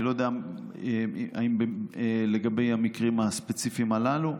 אני לא יודע אם זה כך לגבי המקרים הספציפיים הללו.